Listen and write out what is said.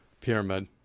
Pyramid